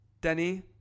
denny